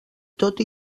tot